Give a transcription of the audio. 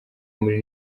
muri